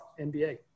NBA